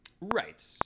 Right